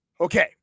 Okay